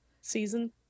Season